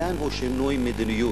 העניין הוא שינוי מדיניות.